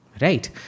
Right